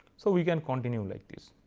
so we can continue like this.